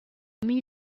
parmi